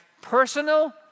personal